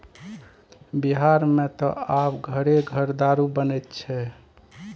बिहारमे त आब घरे घर दारू बनैत छै